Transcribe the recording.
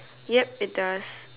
ya it does